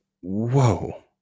whoa